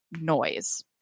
noise